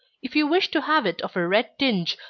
if you wish to have it of a red tinge,